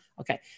Okay